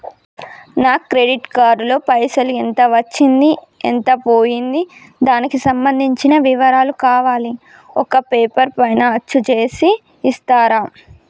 నా credit card లో పైసలు ఎంత వచ్చింది ఎంత పోయింది దానికి సంబంధించిన వివరాలు కావాలి ఒక పేపర్ పైన అచ్చు చేసి ఇస్తరా?